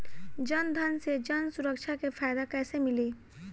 जनधन से जन सुरक्षा के फायदा कैसे मिली?